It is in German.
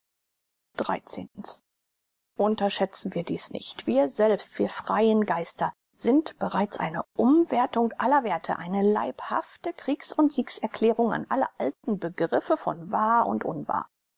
unterschätzen wir dies nicht wir selbst wir freien geister sind bereits eine umwerthung aller werthe eine leibhafte kriegs und siegs erklärung an alle alten begriffe von wahr und unwahr